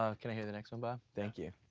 ah can i hear the next one, bob? thank you.